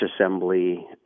assembly